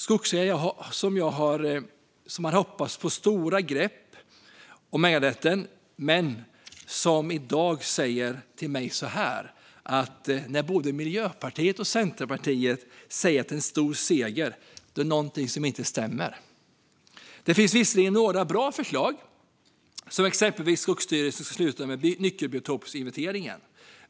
Skogsägare som hade hoppats på ett stort grepp om äganderätten säger i dag så här till mig: När både Miljöpartiet och Centerpartiet säger att det är en stor seger, då är det något som inte stämmer. Det finns visserligen några bra förslag, exempelvis att Skogsstyrelsen ska sluta med nyckelbiotopsinventeringen.